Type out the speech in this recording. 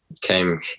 came